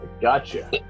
Gotcha